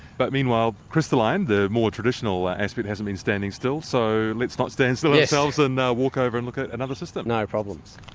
but meanwhile crystalline, the more traditional aspect, hasn't been standing still, so let's not stand still ourselves ah and walk over and look at another system. no problems.